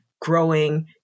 growing